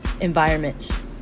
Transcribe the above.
environments